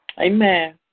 Amen